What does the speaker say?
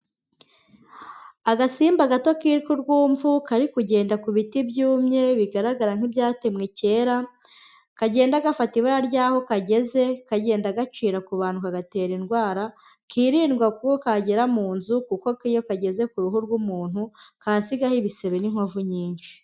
Agasimba gato kitwa urwumvu kari kugenda ku biti byumye bigaragara nk'ibyatemwe kera, kagenda gafata ibara ry'aho kageze, kagenda gacira ku bantu kagatera indwara, kirindwa ko kagera mu nzu kuko iyo kageze ku ruhu rw'umuntu kahasigaho ibisebe n'inkovu nyinshi.